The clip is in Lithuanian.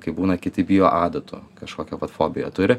kai būna kiti bijo adatų kažkokią vat fobiją turi